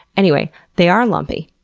anyway, they are lumpy,